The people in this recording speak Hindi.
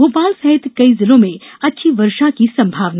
भोपाल सहित कई जिलों में अच्छी वर्षा की संभावना